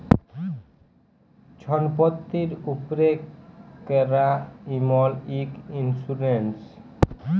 ছম্পত্তির উপ্রে ক্যরা ইমল ইক ইল্সুরেল্স